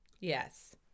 yes